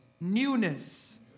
newness